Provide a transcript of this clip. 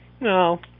No